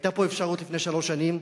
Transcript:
היתה פה אפשרות, לפני שלוש שנים,